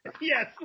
Yes